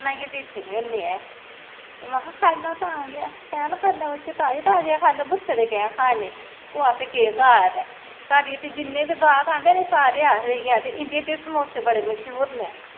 ओह् बी टाईम दा नी थ्होंदा ऐ बाई लोक मतलव ऐ बलगी बलगी बलगी ते अपनै देस्सी बीऽ गै राहने पौंदा ओह्दै च गै मजबूर होई जंदे डाई हैल फिर उस्सै लै शार्टेज आई जंदी ऐ